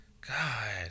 God